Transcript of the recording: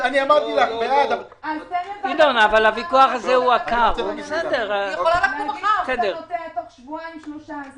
היא תוכל להגיש את מסקנותיה בתוך שבועיים שלושה.